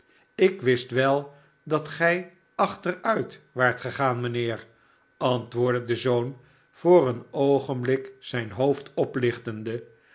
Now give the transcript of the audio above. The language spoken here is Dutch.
ik wist wel dat gij achteruit waart gegaan mijnheer antwoordde de zoon voor een oogenblik zijn hoofd oplichtende